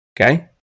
Okay